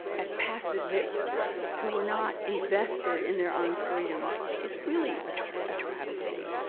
as passive victims who were not invested in their own freedom is really a ah travesty.